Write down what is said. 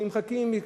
שנמחקים,